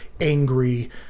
angry